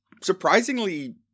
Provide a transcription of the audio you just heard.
surprisingly